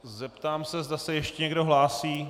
Zeptám se, zda se ještě někdo hlásí.